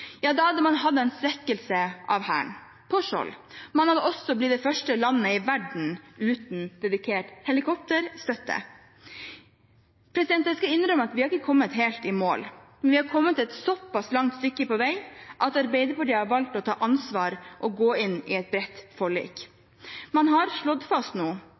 Ja, da hadde man hatt en svekkelse av Hæren på Skjold. Man hadde også blitt det første landet i verden uten dedikert helikopterstøtte. Jeg skal innrømme at vi ikke har kommet helt i mål, men vi har kommet et såpass langt stykke på vei at Arbeiderpartiet har valgt å ta ansvar og gå inn i et bredt forlik. Man har nå slått fast